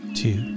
two